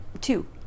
Two